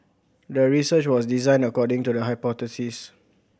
the research was designed according to the hypothesis